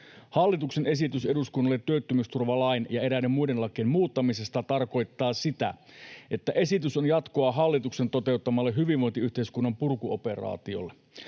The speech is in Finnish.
Hallituksen esitys eduskunnalle työttömyysturvalain ja eräiden muiden lakien muuttamisesta tarkoittaa sitä, että esitys on jatkoa hallituksen toteuttamalle hyvinvointiyhteiskunnan purkuoperaatiolle.